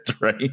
right